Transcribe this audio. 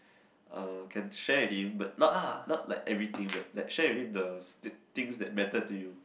uh can share with him but not not like everything but like share with him the things that matter to you